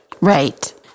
Right